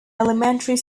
elementary